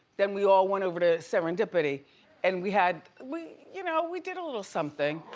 then we all went over to serendipity and we had, we, you know, we did a little something.